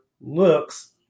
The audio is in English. looks